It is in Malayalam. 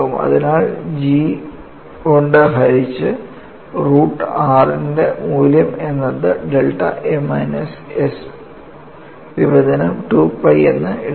അതിനാൽ G കൊണ്ട് ഹരിച്ച് റൂട്ട് r ന്റെ മൂല്യം എന്നത് ഡെൽറ്റ a മൈനസ് s വിഭജനം 2 pi എന്ന് എഴുതാം